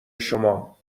شما